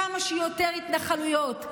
כמה שיותר התנחלויות,